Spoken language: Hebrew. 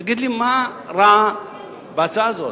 תגיד לי מה רע בהצעה הזאת.